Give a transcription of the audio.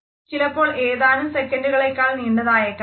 ചിലപ്പോ ഏതാനും സെക്കന്ഡുകളെക്കാൾ നീണ്ടതായേക്കാം അത്